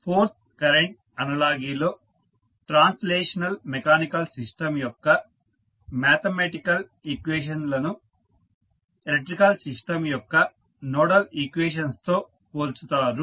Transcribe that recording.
force current అనలాగీలో translational mechanical system యొక్క mathematical equations లను ఎలక్ట్రికల్ సిస్టం యొక్క నోడల్ ఈక్వేషన్స్ తో పోల్చుతారు